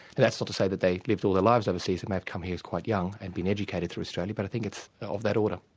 that's not to say that they lived all their lives overseas, um have come here quite young and been educated through australia, but i think it's of that order.